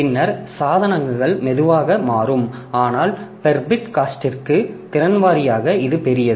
பின்னர் சாதனங்கள் மெதுவாக மாறும் ஆனால் பெர் பிட் காஸ்டிற்கு திறன் வாரியாக இது பெரியது